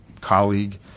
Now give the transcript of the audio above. colleague